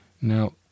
Now